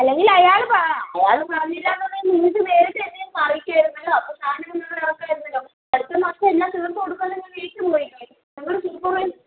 അല്ലെങ്കിൽ അയാൾ പറ അയാൾ പറഞ്ഞില്ലാന്നുള്ളത് നിങ്ങൾക്ക് നേരിട്ട് എന്നെയൊന്ന് അറിയിക്കാമായിരുന്നല്ലോ അപ്പോൾ സാധനങ്ങൾ ഇന്ന് ഇറക്കാമായിരുന്നല്ലോ അടുത്തമാസം എല്ലാം തീർത്തുകൊടുക്കാമെന്ന് ഏറ്റുപോയി ഞങ്ങൾ സൂപ്പർവൈസർ